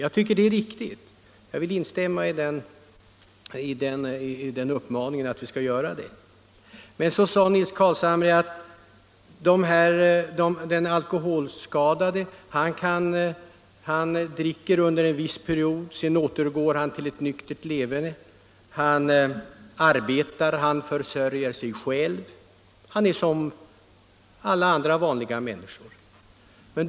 Jag tycker det är ett riktigt resonemang. Herr Carlshamre framhöll att den alkoholskadade dricker under en viss period för att sedan återgå till ett nyktert leverne. Under den nyktra perioden arbetar han och försörjer sig.